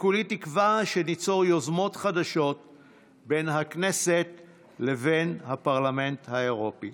וכולי תקווה שניצור יוזמות חדשות בין הכנסת לבין הפרלמנט האירופי.